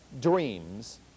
dreams